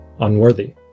unworthy